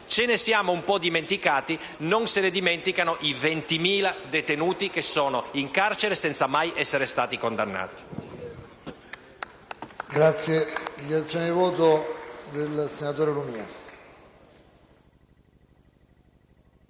ci siamo dimenticati: non se ne dimenticano i 20.000 detenuti che sono in carcere senza mai essere stati condannati.